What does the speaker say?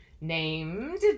named